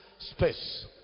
Space